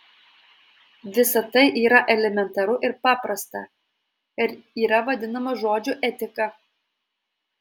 visa tai yra elementaru ir paprasta ir yra vadinama žodžiu etika